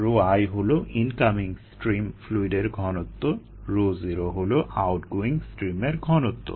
i হলো incoming stream ফ্লুইডের ঘনত্ব oহলো আউটগোয়িং স্ট্রিমের ঘনত্ব